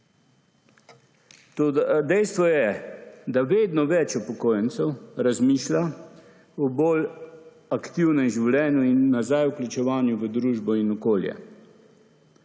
Dejstvo je, da vedno več upokojencev razmišlja o bolj aktivnem življenju in nazaj vključevanju v družbo in okolje